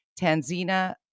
Tanzina